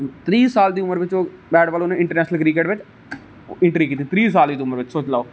त्रीह् साल दी उमर बिच ओह् बैट बाल उनें इंटरनेशनल क्रिकेट बिच इंट्री कीती त्रीह् साल दी उमर बिच सोची लैओ